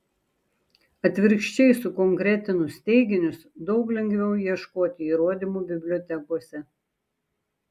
atvirkščiai sukonkretinus teiginius daug lengviau ieškoti įrodymų bibliotekose